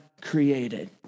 created